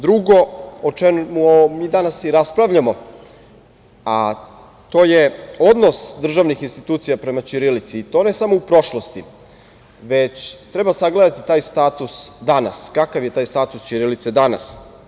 Drugo, o čemu mi danas i raspravljamo, a to je odnos državnih institucija prema ćirilici i to ne samo u prošlosti, već treba sagledati taj status danas, kakav je taj status ćirilice danas.